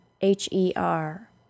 h-e-r